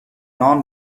non